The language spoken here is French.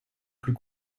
plus